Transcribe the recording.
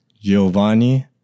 giovanni